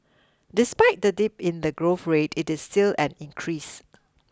despite the dip in the growth rate it is still an increase